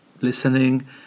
listening